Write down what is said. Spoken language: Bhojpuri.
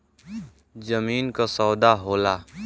जमीन क सौदा होला